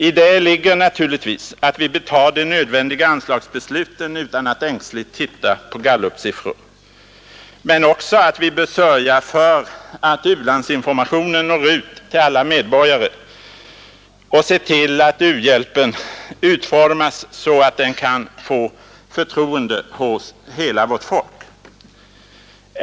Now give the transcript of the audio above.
I det ligger naturligtvis att vi bör fatta de nödvändiga anslagsbesluten utan att ängsligt titta på gallupsiffror, men också att vi bör sörja för att u-landsinformationen når ut till alla medborgare och se till att u-hjälpen utformas så att den kan åtnjuta förtroende hos hela vårt folk.